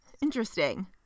interesting